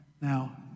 now